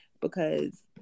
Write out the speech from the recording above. because-